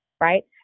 right